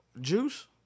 Juice